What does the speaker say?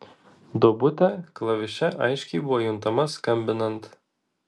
duobutė klaviše aiškiai buvo juntama skambinant